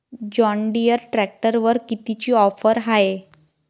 John Deere ट्रॅक्टरवर कितीची offer हाये?